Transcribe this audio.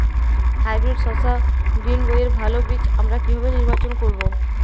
Hybrid শসা গ্রীনবইয়ের ভালো বীজ আমরা কিভাবে নির্বাচন করব?